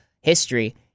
history